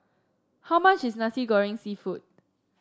how much is Nasi Goreng seafood